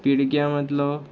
पिळग्या मदलो